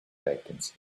vacancy